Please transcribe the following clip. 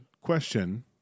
Question